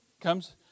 comes